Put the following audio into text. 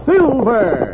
Silver